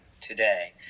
today